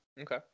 okay